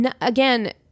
again